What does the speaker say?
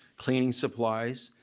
cleaning supplies,